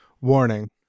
Warning